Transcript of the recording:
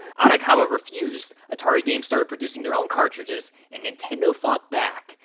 arakawa refused, atari games started producing their own cartridges, and nintendo fought back.